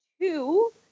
Two